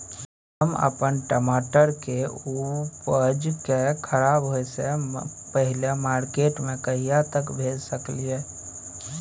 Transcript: हम अपन टमाटर के उपज के खराब होय से पहिले मार्केट में कहिया तक भेज सकलिए?